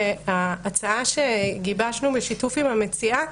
שההצעה שגיבשנו בשיתוף עם המציעה,